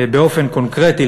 באופן קונקרטי,